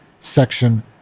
Section